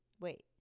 Wait